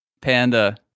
panda